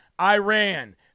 Iran